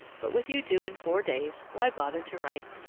but with you due in four days, why bother to write?